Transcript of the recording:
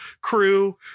crew